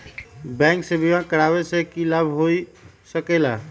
Bank से बिमा करावे से की लाभ होई सकेला?